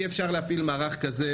מוזר לי שמשרד החקלאות,